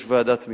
יש ועדת מקצוע,